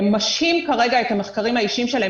משהים כרגע את המחקרים האישיים שלהם.